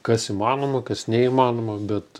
kas įmanoma kas neįmanoma bet